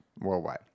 worldwide